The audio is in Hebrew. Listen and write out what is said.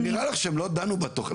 כן אבל נראה לך שהם לא דנו בתוכנית?